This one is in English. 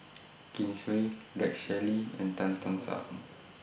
Kin Chui Rex Shelley and Tan Tock San